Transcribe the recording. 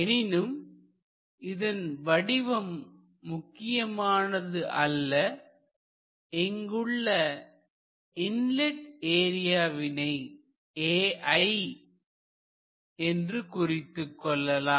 எனினும் இதன் வடிவம் முக்கியமானது அல்ல இங்குள்ள இன்லெட் ஏரியாவினை Ai என்று குறித்துக் கொள்ளலாம்